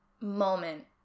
moment